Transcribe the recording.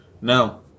Now